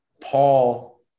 Paul